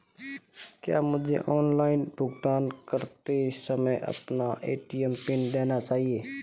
क्या मुझे ऑनलाइन भुगतान करते समय अपना ए.टी.एम पिन देना चाहिए?